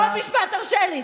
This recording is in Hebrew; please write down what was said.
עוד משפט, תרשה לי.